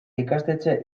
ikastetxe